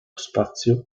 spazio